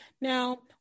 Now